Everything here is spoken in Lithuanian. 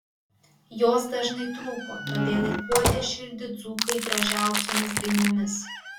jos dažnai trūko todėl ir guodė širdį dzūkai gražiausiomis dainomis